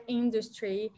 industry